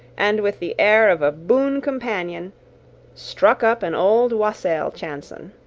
and with the air of a boon companion struck up an old wassail chanson